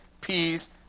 peace